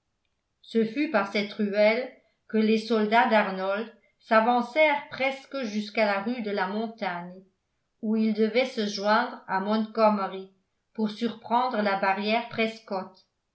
ce fut par cette ruelle que les soldats d'arnold s'avancèrent presque jusqu'à la rue de la montagne où ils devaient se joindre à montgomery pour surprendre la barrière prescott